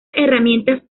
herramientas